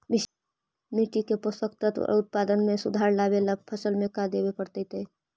मिट्टी के पोषक तत्त्व और उत्पादन में सुधार लावे ला फसल में का देबे पड़तै तै?